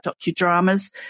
docudramas